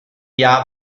jahr